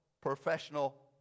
professional